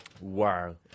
Wow